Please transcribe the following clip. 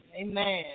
Amen